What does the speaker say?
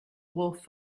wolf